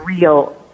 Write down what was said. real